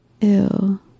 Ew